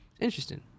interesting